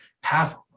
half